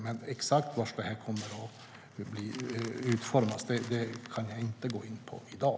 Men exakt hur det kommer att utformas kan jag inte gå in på i dag.